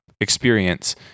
experience